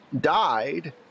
died